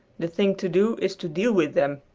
the thing to do is to deal with them!